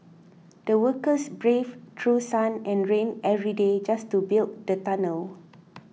the workers braved through sun and rain every day just to build the tunnel